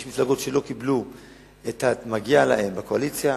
יש מפלגות שלא קיבלו את המגיע להן בקואליציה,